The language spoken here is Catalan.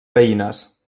veïnes